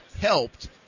helped